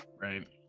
right